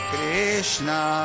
Krishna